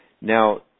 Now